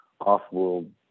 off-world